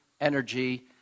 energy